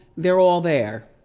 they're all there.